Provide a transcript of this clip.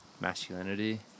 masculinity